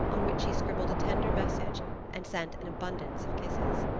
on which she scribbled a tender message and sent an abundance of kisses.